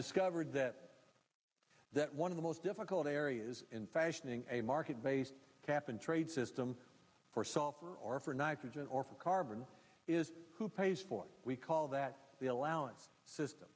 discovered that that one of the most difficult areas in fashioning a market based cap and trade system for software or for nitrogen or for carbon is who pays for it we call that the allowance system